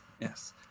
Yes